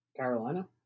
Carolina